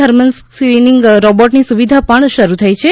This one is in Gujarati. થર્મલ સ્ક્રીનીંગ રોબોટની સુવિધા પણ શરૂ થઇ છે